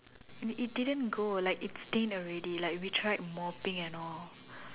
it it didn't go like it's stained already like we tried mopping and all